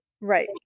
right